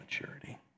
maturity